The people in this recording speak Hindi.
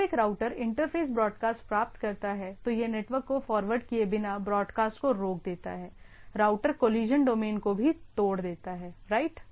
जब एक राउटर इंटरफ़ेस ब्रॉडकास्ट प्राप्त करता है तो यह नेटवर्क को फॉरवर्ड किए बिना ब्रॉडकास्ट को रोक देता है राउटर कोलिशन डोमेन को भी तोड़ देता है राइट